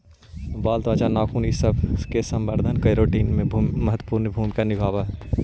बाल, त्वचा, नाखून इ सब के संवर्धन में केराटिन के भूमिका महत्त्वपूर्ण होवऽ हई